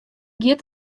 giet